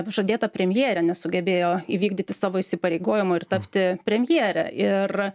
žadėta premjerė nesugebėjo įvykdyti savo įsipareigojimo ir tapti premjere ir